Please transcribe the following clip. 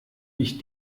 ich